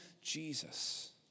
Jesus